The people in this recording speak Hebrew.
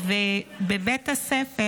בבית הספר